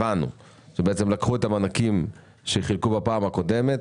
הבנו שבעצם לקחו את המענקים שחילקו בפעם הקודמת,